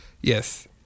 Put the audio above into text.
Yes